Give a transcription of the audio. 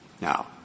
Now